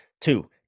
Two